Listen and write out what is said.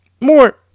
more